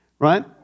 Right